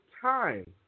time